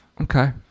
Okay